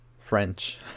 French